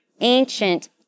ancient